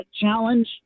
challenge